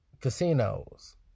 casinos